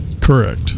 Correct